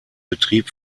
betrieb